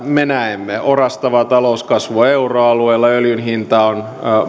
me näemme tällä hetkellä orastava talouskasvu euroalueella öljyn hinta on